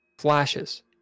flashes